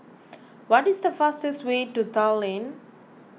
what is the fastest way to Tallinn